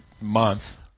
month